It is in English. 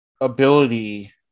ability